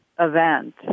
event